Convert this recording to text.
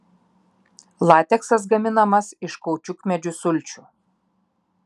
lateksas gaminamas iš kaučiukmedžių sulčių